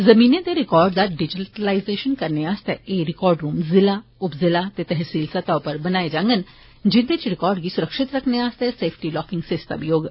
जमीनें दे रिकार्ड दा डिजीटेषन करने आस्तै एह रिकार्ड रूम जिला उप जिला ते तहसील स्तह उप्पर बनाए जाडन जिन्दे इच रिकार्ड गी स्रक्षित रक्खने आस्तै सेफटी लाकिंग सरीसता होग